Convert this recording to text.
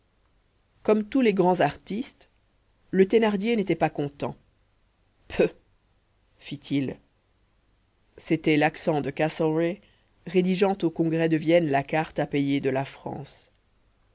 comme tous les grands artistes le thénardier n'était pas content peuh fit-il c'était l'accent de castlereagh rédigeant au congrès de vienne la carte à payer de la france